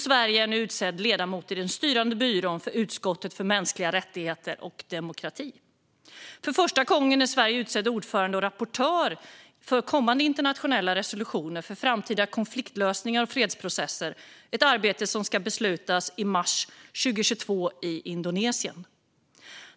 Sverige är nu också utsedd ledamot i den styrande byrån för utskottet för mänskliga rättigheter och demokrati. För första gången är Sverige utsedd ordförande och rapportör för kommande internationella resolutioner för framtida konfliktlösningar och fredsprocesser, ett arbete som ska beslutas i mars 2022 i Indonesien.